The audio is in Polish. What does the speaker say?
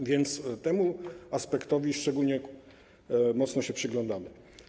A więc temu aspektowi szczególnie mocno się przyglądamy.